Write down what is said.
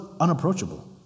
unapproachable